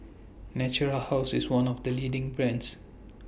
Natura House IS one of The leading brands